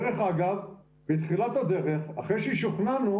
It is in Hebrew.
דרך אגב, בתחילת הדרך, אחרי ששוכנענו